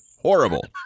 Horrible